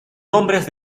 nombres